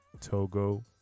Togo